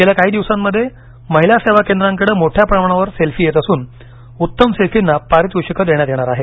गेल्या काही दिवसांमध्ये महिला सेवा केंद्राकडे मोठ्या प्रमाणावर सेल्फी येत असून उत्तम सेल्फींना पारितोषिकं देण्यात येणार आहेत